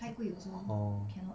!hannor!